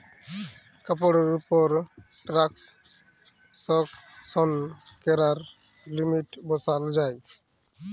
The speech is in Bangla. কাড়ের উপর টেরাল্সাকশন ক্যরার লিমিট বসাল যায়